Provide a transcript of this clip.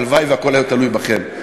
הלוואי שהכול היה תלוי בכם,